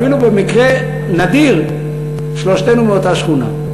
ואפילו במקרה נדיר שלושתנו מאותה שכונה.